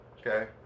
Okay